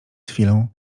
chwilą